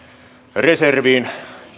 reserviin